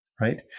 right